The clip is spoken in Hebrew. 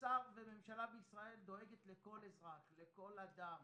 ששר וממשלה בישראל דואגת לכל אזרח, לכל אדם,